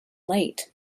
late